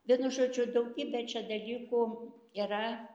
vienu žodžiu daugybė čia dalykų yra